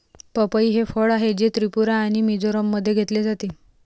पपई हे फळ आहे, जे त्रिपुरा आणि मिझोराममध्ये घेतले जाते